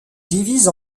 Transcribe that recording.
divise